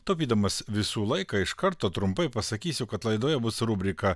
taupydamas visų laiką iš karto trumpai pasakysiu kad laidoje bus rubrika